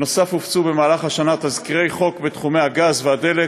נוסף על כך הופצו במהלך השנה תזכירי חוק בתחומי הגז והדלק,